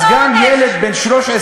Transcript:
אז הוא יקבל את אותו עונש.